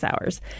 hours